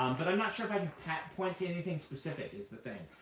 um but i'm not sure if i can point to anything specific, is the thing.